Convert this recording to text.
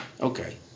Okay